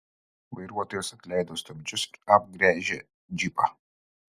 vairuotojas atleido stabdžius ir apgręžė džipą